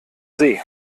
see